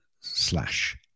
slash